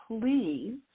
please